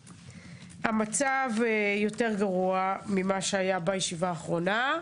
המצב יותר גרוע ממה שהיה בישיבה האחרונה,